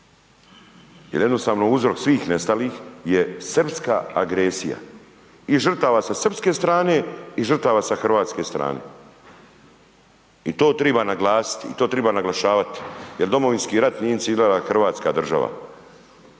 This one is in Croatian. jel jednostavno uzrok svih nestalih je srpska agresija i žrtava sa srpske strane i žrtava sa hrvatske strane i to triba naglasit i to triba naglašavat jel Domovinski rat nije inicirala hrvatska država,